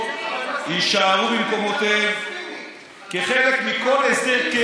יישארו במקומותיהם כחלק מכל הסדר קבע.